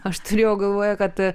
aš turėjau galvoje kad